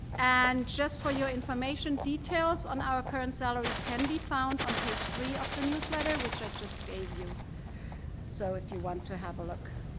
and just for your information, details on our current salaries can be found on page three of the newsletter, which i just gave you so if you want to have a look.